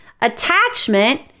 attachment